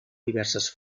diverses